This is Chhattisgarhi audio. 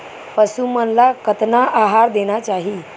पशु मन ला कतना आहार देना चाही?